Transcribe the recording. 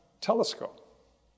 telescope